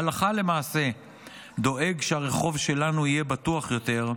הלכה למעשה דואג שהרחוב שלנו יהיה בטוח יותר,